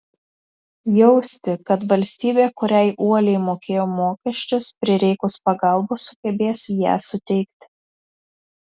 jausti kad valstybė kuriai uoliai mokėjo mokesčius prireikus pagalbos sugebės ją suteikti